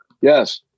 Yes